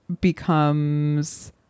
becomes